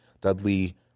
Dudley